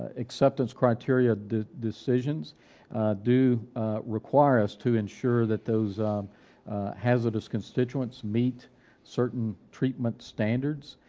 ah acceptance criteria decisions do require us to ensure that those hazardous constituents meet certain treatment standards,